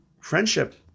friendship